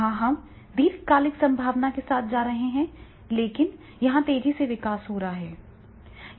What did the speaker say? वहां हम दीर्घकालिक संभावना के साथ जा रहे हैं लेकिन यहां तेजी से विकास हो रहा है